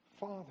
Father